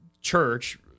church